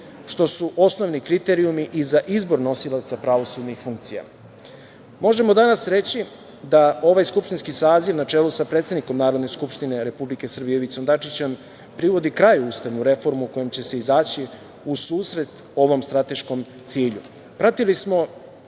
što su osnovni kriterijumi i za izbor nosilaca pravosudnih funkcija. Možemo danas reći da ovaj skupštinski saziv, na čelu sa predsednikom Narodne skupštine Republike Srbije Ivicom Dačićem, privodi kraju ustavnu reformu kojom će se izaći u susret ovom strateškom cilju.